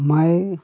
मैं